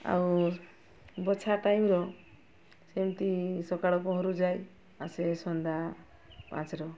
ଆଉ ବଛା ଟାଇମ୍ର ସେମିତି ସକାଳ ପହରୁ ଯାଏ ଆସେ ସନ୍ଧ୍ୟା ପାଞ୍ଚ'ର